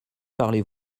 parlez